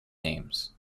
names